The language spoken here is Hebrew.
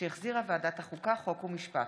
שהחזירה ועדת החוקה, חוק ומשפט.